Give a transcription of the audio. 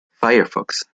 firefox